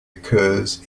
occurs